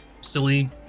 silly